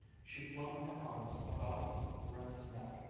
she flung her arms about her friend's neck,